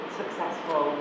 successful